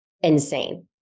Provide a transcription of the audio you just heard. insane